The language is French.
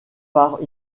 par